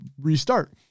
restart